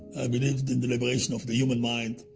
i believed in the liberation of the human mind,